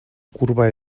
curva